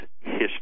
history